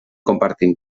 compartim